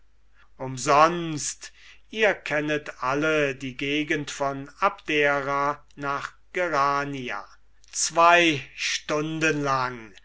umsonst ihr kennet alle die gegend von abdera nach gerania zwei stunden lang